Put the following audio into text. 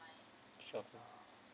sure